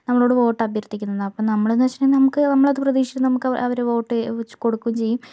നമ്മളോട് വോട്ട് അഭ്യർത്ഥിക്കുന്നത് അപ്പം നമ്മളെന്താണ്ന്ന് വെച്ചിട്ടുണ്ടെങ്കിൽ നമ്മക്ക് നമ്മൾ അത് പ്രതീക്ഷിച്ച് നമ്മക്ക് അവരെ വോട്ട് കൊടുക്കും ചെയ്യും